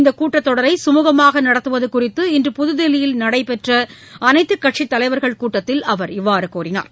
இந்தக் கூட்டத் தொடரை கமூகமாக நடத்துவது குறித்து இன்று புதுதில்லியில் நடைபெற்ற அனைத்துக் கட்சித் தலைவர்கள் கூட்டத்தில் அவர் இவ்வாறு கூறினார்